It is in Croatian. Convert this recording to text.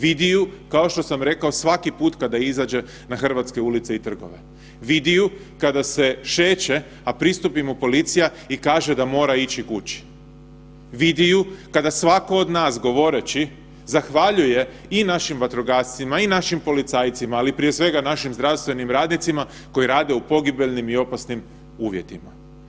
Vidi ju kao što sam rekao svaki put kada izađe na hrvatske ulice i trgove, vidi ju kada se šeće, a pristupi mu policija i kaže da mora ići kući, vidi ju kada svatko od nas govoreći zahvaljuje i našim vatrogascima i našim policajcima, ali prije svega našim zdravstvenim radnicima koji rade u pogibeljnim i opasnim uvjetima.